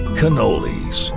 cannolis